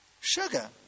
Sugar